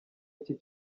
iki